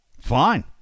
Fine